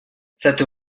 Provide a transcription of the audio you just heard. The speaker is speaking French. cette